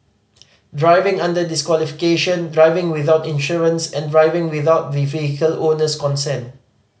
driving under disqualification driving without insurance and driving without the vehicle owner's consent